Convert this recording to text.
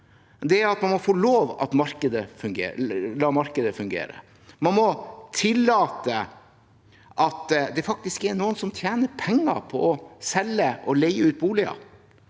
det er at man må få lov til å la markedet fungere. Man må tillate at det faktisk er noen som tjener penger på å selge og leie ut boliger.